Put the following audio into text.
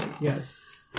yes